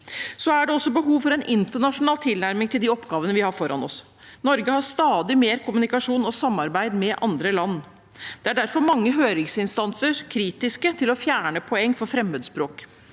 Det er også behov for en internasjonal tilnærming til de oppgavene vi har foran oss. Norge har stadig mer kommunikasjon og samarbeid med andre land. Det er derfor mange høringsinstanser er kritiske til å fjerne poeng for fremmedspråk.